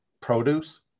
produce